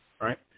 Right